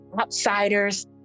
outsiders